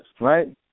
right